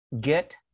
get